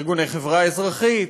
ארגוני חברה אזרחית,